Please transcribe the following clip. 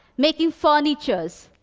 making furnitures.